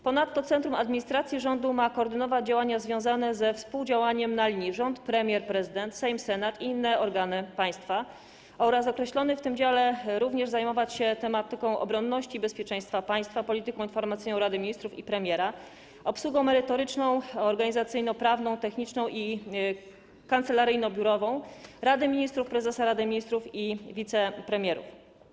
Ponadto centrum administracyjne rządu ma koordynować działania związane ze współdziałaniem na linii rząd, premier, prezydent, Sejm, Senat i inne organy państwa określone w tym dziale, również zajmować się tematyką obronności i bezpieczeństwa państwa, polityką informacyjną Rady Ministrów i premiera, obsługą merytoryczną, organizacyjno-prawną, techniczną i kancelaryjno-biurową Rady Ministrów, prezesa Rady Ministrów i wicepremierów.